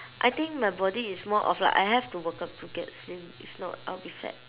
I think my body is more of like I have to work out to get slim if not I'll be fat